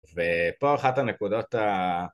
ופה אחת הנקודות ה...